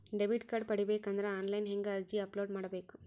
Debit card ಪಡಿಬೇಕು ಅಂದ್ರ online ಹೆಂಗ್ ಅರ್ಜಿ ಅಪಲೊಡ ಮಾಡಬೇಕು?